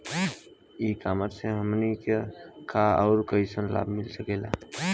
E commerce से हमनी के का का अउर कइसन लाभ मिल सकेला?